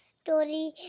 story